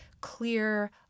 clear